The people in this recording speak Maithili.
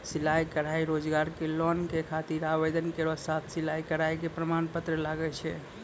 सिलाई कढ़ाई रोजगार के लोन के खातिर आवेदन केरो साथ सिलाई कढ़ाई के प्रमाण पत्र लागै छै?